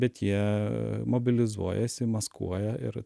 bet jie mobilizuojasi maskuoja ir